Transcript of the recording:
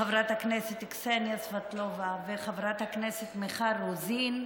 חברת הכנסת קסניה סבטלובה וחברת הכנסת מיכל רוזין,